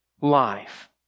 life